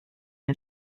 ein